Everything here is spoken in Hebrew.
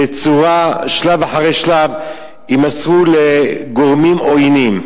שלב אחרי שלב, יימסרו לגורמים עוינים.